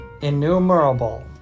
Innumerable